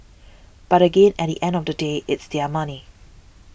but again at the end of the day it's their money